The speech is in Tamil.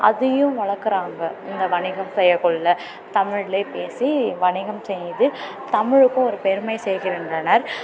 அதையும் வளர்க்குறாங்க இந்த வணிகம் செய்யக்குள்ள தமிழிலேயே பேசி வணிகம் செய்து தமிழுக்கும் ஒரு பெருமையை சேர்க்கின்றனர்